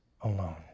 alone